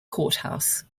courthouse